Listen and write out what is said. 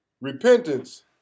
Repentance